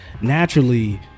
naturally